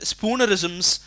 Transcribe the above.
Spoonerisms